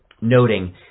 noting